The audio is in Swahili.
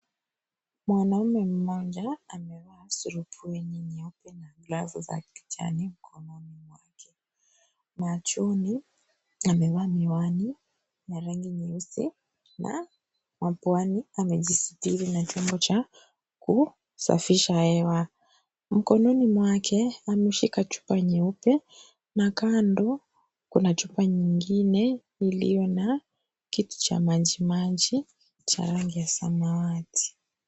Mwanaume mmoja amevaa surupwenye nyeupe na glavu za kijani kwa mwili wake. Machoni amevaa miwani ya rangi nyeusi na upande amejisitiri na chombo cha kusafisha hewa. Huku nyuma yake ameshika kifaa nyeupe na kando kuna chupa nyingine iliyo na kitu cha majimaji cha rangi ya samawati.